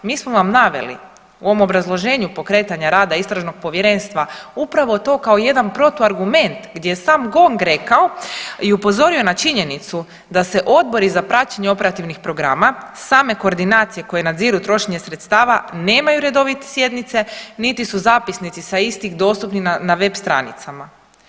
Mi smo vam naveli u ovom obrazloženju pokretanja rada istražnog povjerenstva upravo to kao jedan protuargument gdje je sam GONG rekao i upozorio na činjenicu da se odbori za praćenje operativnih programa, same koordinacije koje nadziru trošenje sredstava nemaju redovite sjednice, niti su zapisnici sa istih dostupni na web stranicama.